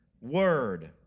word